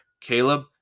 Caleb